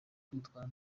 kwitwara